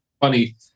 funny